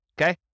Okay